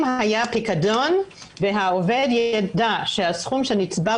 אם היה פיקדון והעובד יידע שמהסכום שנצבר